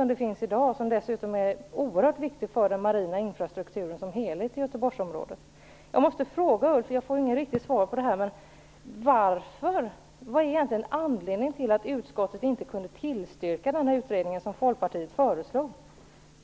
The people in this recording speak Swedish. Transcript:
En sådan finns i dag och den är dessutom oerhört viktig för den marina infrastrukturen som helhet i Jag har inte fått något riktigt svar, så jag måste fråga Ulf Kero: Vad är egentligen anledningen till att utskottet inte kan tillstyrka den utredning som Folkpartiet har föreslagit?